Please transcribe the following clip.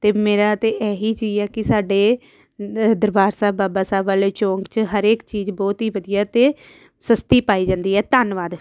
ਅਤੇ ਮੇਰਾ ਤਾਂ ਇਹੀ ਜੀ ਹੈ ਕਿ ਸਾਡੇ ਦਰਬਾਰ ਸਾਹਿਬ ਬਾਬਾ ਸਾਹਿਬ ਵਾਲੇ ਚੌਂਕ 'ਚ ਹਰੇਕ ਚੀਜ਼ ਬਹੁਤ ਹੀ ਵਧੀਆ ਅਤੇ ਸਸਤੀ ਪਾਈ ਜਾਂਦੀ ਹੈ ਧੰਨਵਾਦ